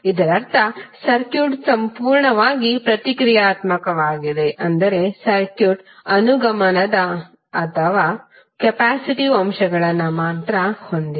ಇದರರ್ಥ ಸರ್ಕ್ಯೂಟ್ ಸಂಪೂರ್ಣವಾಗಿ ಪ್ರತಿಕ್ರಿಯಾತ್ಮಕವಾಗಿದೆ ಅಂದರೆ ಸರ್ಕ್ಯೂಟ್ ಅನುಗಮನದ ಅಥವಾ ಕೆಪ್ಯಾಸಿಟಿವ್ ಅಂಶಗಳನ್ನು ಮಾತ್ರ ಹೊಂದಿದೆ